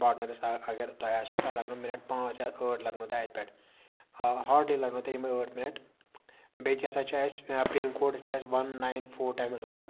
partners اگر تۄہہِ آسوٕ تۄہہِ لَگنو مِنَٹ پانٛژھ یا ٲٹھ لَگنو تۄہہِ اَتہِ پٮ۪ٹھ آ ہاڈلی لَگنو تۄہہِ یِمَے ٲٹھ مِنَٹ بیٚیہِ کیٛاہ سا چھِ اَسہِ پِن کوڈ چھُ اَسہِ وَن ناین فور ٹایمٕز وَن